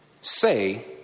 say